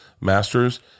masters